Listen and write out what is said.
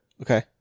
Okay